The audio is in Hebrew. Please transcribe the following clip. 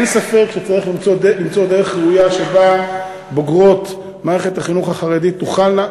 אין ספק שצריך למצוא דרך ראויה שבה בוגרות מערכת החינוך החרדי תוכלנה,